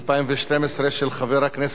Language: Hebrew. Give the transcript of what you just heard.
של חבר הכנסת מיכאל בן-ארי.